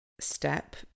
step